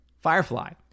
Firefly